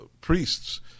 priests